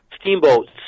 steamboats